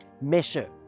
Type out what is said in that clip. measure